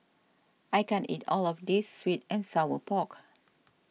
I can't eat all of this Sweet and Sour Pork